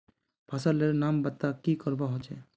फसल लेर नाम बता की करवा होचे?